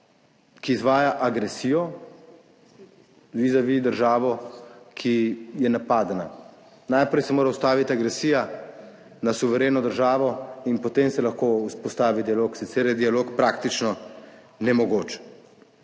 ki izvaja agresijo vizavi državo, ki je napadena. Najprej se mora ustaviti agresija na suvereno državo in potem se lahko vzpostavi dialog, sicer je dialog praktično nemogoč.